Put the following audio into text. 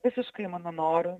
visiškai mano noru